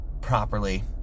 properly